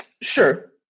Sure